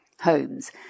homes